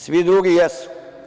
Svi drugi jesu.